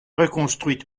reconstruite